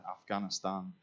Afghanistan